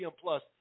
Plus